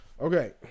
Okay